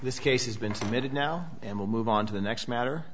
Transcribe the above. this case has been submitted now and will move on to the next matter